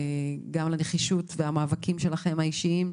גם על הנחישות ועל המאבקים שלכם האישיים,